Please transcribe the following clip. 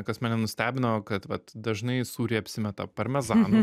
kas mane nustebino kad vat dažnai sūriai apsimeta parmezanu